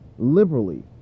liberally